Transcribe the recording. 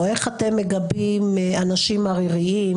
איך אתם מגבים אנשים עריריים,